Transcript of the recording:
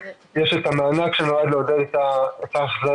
יש את המענק שנועד לעודד את ההחזרה.